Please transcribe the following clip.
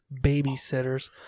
babysitters